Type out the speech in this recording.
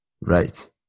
Right